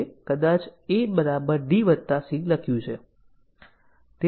આપણું મેટ્રિક 100 ટકા statement coverage 90 ટકા પાથ કવરેજ વગેરે હોઈ શકે છે